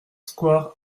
square